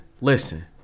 listen